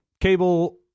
Cable